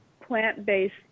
plant-based